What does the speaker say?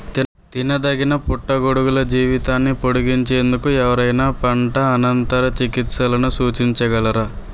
తినదగిన పుట్టగొడుగుల జీవితాన్ని పొడిగించేందుకు ఎవరైనా పంట అనంతర చికిత్సలను సూచించగలరా?